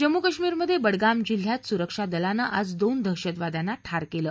जम्मू काश्मीरमध्ये बडगाम जिल्ह्यात सुरक्षा दलनं आज दोन दहशतवाद्यांना ठार केलं